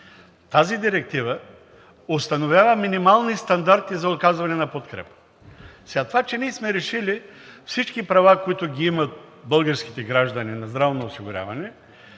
Тази директива установява минимални стандарти за оказване на подкрепа. Това, че ние сме решили всички права, които ги имат българските граждани на здравно осигуряване,